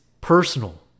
personal